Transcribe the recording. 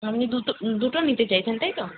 আপনি দুটো দুটো নিতে চাইছেন তাই তো